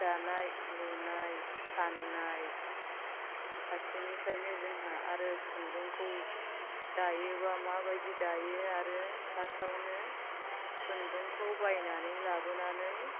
दानाय लुनाय फान्नाय फारसेनिफ्रायनो जोंहा आरो खुन्दुंखौ दायोबा माबायदि दायो आरो फार्सटावनो खुन्दुंखौ बायनानै लाबोनानै